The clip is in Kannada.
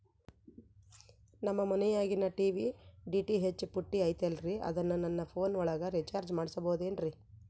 ನಮ್ಮ ಮನಿಯಾಗಿನ ಟಿ.ವಿ ಡಿ.ಟಿ.ಹೆಚ್ ಪುಟ್ಟಿ ಐತಲ್ರೇ ಅದನ್ನ ನನ್ನ ಪೋನ್ ಒಳಗ ರೇಚಾರ್ಜ ಮಾಡಸಿಬಹುದೇನ್ರಿ?